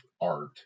art